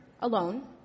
alone